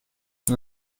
این